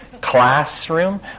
classroom